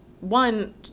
one